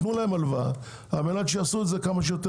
תנו להם הלוואה כדי שהם יעשו את זה מהר כמה שיותר.